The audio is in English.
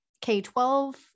k-12